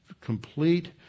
complete